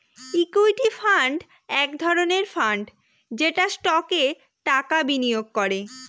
equity fund এক ধরনের fund যেটা স্টকে টাকা বিনিয়োগ করে